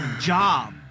job